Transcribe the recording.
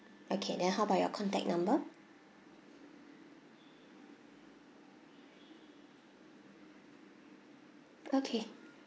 okay then how about your contact number okay